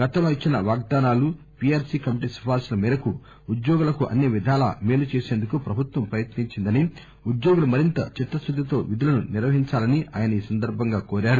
గతంలో ఇచ్చిన వాగ్దానాలు పీఆర్సీ కమిటీ సిఫారసుల మేరకు ఉద్యోగులకు అన్ని విధాలా మేలు చేసేందుకు ప్రభుత్వం ప్రయత్ని ంచిందని ఉద్యోగులు మరింత చిత్తశుద్దితో విధులను నిర్వహించాలని ఆయన కోరారు